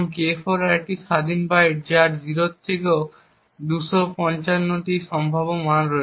এবং K4 হল আরেকটি স্বাধীন বাইট যার 0 থেকেও রয়েছে 255টি সম্ভাব্য মান